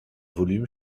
volume